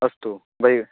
अस्तु बहिः